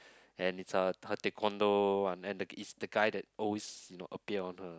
and it's her her taekwondo one and the it's the guy that always you know appear on her